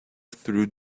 through